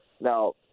Now